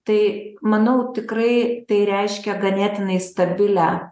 tai manau tikrai tai reiškia ganėtinai stabilią